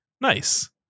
Nice